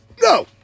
no